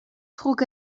trug